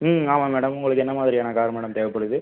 ம் ஆமாம் மேடம் உங்களுக்கு என்ன மாதிரியான கார் மேடம் தேவைப்படுது